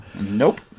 Nope